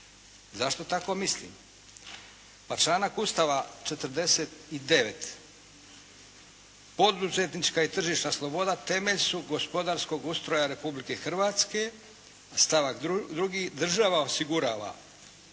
Zašto tako mislim? Pa članak Ustava 49. poduzetnička i tržišna sloboda temelj su gospodarskog ustroja Republike Hrvatske, stavak 2., država osigurava